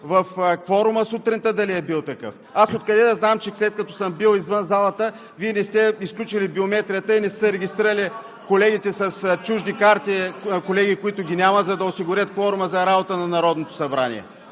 в кворума сутринта дали е бил такъв? Аз откъде да знам, че след като съм бил извън залата Вие не сте изключили биометрията и не са регистрирали колегите с чужди карти – има колеги, които ги няма, за да осигурят кворума за работата на Народното събрание?!